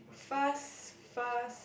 first first